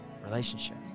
Relationship